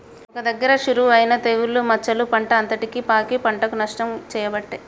ఒక్క దగ్గర షురువు అయినా తెగులు మచ్చలు పంట అంతటికి పాకి పంటకు నష్టం చేయబట్టే